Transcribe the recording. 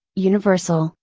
universal,